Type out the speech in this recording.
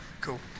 Cool